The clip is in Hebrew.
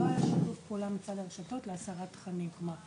לא היה שיתוף פעולה מצד הרשתות להסרת תכנים.